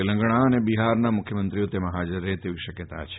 તેલંગણા અને બિફારના મુખ્યમંત્રીઓ તેમાં ફાજર રહે તેવી શક્યતા છે